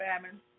famine